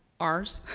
ours,